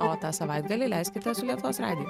o tą savaitgalį leiskite man su lietuvos radiju